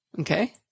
Okay